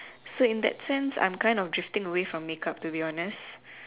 so in that sense I am kind of drifting away from make up to be honest